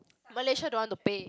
Malaysia don't want to pay